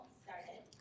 started